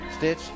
Stitch